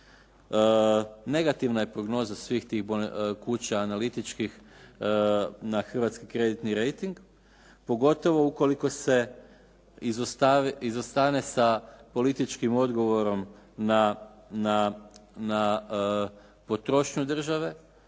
Negativna je prognoza svih tih kuća analitičkih na hrvatski kreditni rejting pogotovo ukoliko se izostane sa političkim odgovorom na potrošnju države